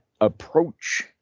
approach